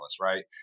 right